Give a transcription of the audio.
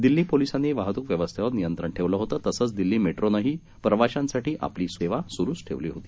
दिल्लीपोलिसांनीवाहतूकव्यवस्थेवरनियंत्रणठेवलंहोततसंचदिल्लीमेट्रोनंहीप्रवाशांसाठीआपलीसेवासुरुठेवलीहोती